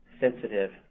sensitive